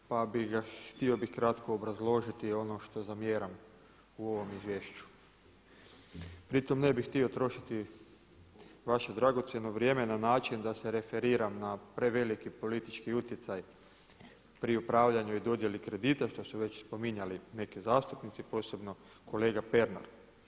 Pa bih ga, htio bi kratko obrazložiti ono što zamjeram u ovom izvješću pri tom ne bih htio trošiti vaše dragocjeno vrijeme na način da se referiram na preveliki politički utjecaj pri upravljanju i dodjeli kredita što su već spominjali neki zastupnici posebno kolega Pernar.